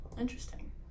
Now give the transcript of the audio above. Interesting